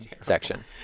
section